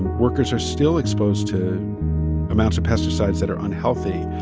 and workers are still exposed to amounts of pesticides that are unhealthy.